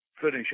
finish